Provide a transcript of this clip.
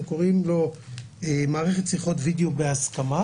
קוראים לו מערכת שיחות וידאו בהסכמה,